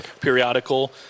periodical